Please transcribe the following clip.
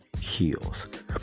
heals